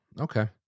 Okay